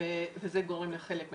וזה גורם לחלק מהתקלות.